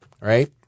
right